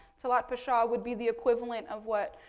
talat pasha would be the equivalent of what,